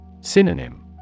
Synonym